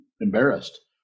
embarrassed